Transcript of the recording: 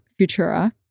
futura